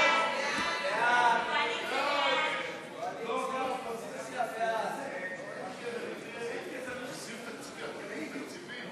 חוק שידורי טלוויזיה מהכנסת (תיקון מס' 6),